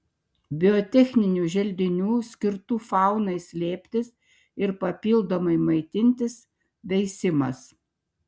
biotechninių želdinių skirtų faunai slėptis ir papildomai maitintis veisimas